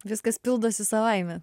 viskas pildosi savaime